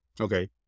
Okay